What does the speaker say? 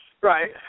Right